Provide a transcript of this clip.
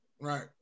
Right